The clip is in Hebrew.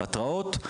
התראות,